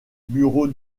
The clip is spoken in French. bureau